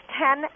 ten